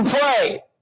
pray